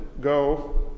go